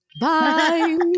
bye